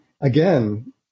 again